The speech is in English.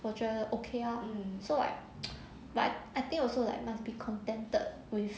我觉得 okay lor so like but I think also like must be contented with